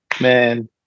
man